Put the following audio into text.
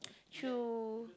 true